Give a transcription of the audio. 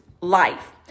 life